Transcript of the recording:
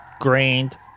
Grand